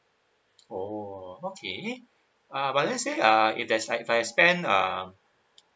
oh okay uh but let say uh if there's like I spent uh